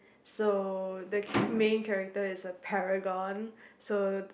so the cha~ main character is a paragon